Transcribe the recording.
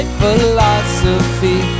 philosophy